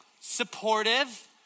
supportive